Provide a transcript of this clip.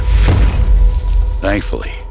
Thankfully